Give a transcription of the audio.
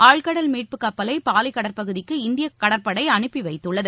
ஆழ்கடல் மீட்பு கப்பலை பாலி கடற்பகுதிக்கு இந்திய கடற்படை அனுப்பி வைத்துள்ளது